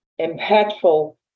impactful